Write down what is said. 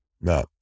No